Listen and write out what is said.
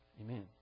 Amen